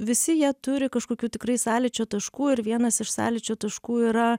visi jie turi kažkokių tikrai sąlyčio taškų ir vienas iš sąlyčio taškų yra